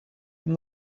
from